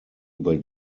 über